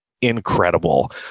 incredible